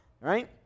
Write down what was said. right